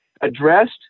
addressed